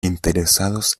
interesados